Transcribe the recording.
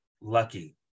lucky